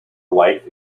life